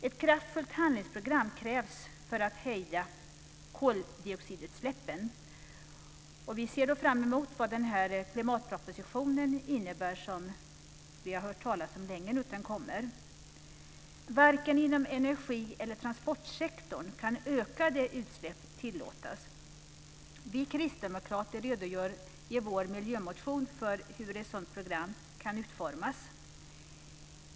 Ett kraftfullt handlingsprogram krävs för att hejda koldioxidutsläppen, och vi ser fram emot vad klimatpropositionen innebär, som vi har hört talas om länge nu ska komma. Varken inom energi eller transportsektorn kan ökade utsläpp tillåtas. Vi kristdemokrater redogör i vår miljömotion för hur ett sådant program kan utformas.